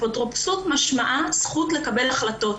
אפוטרופסות משמעה זכות לקבל החלטות.